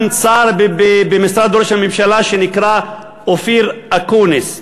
שר במשרד ראש הממשלה שנקרא אופיר אקוניס.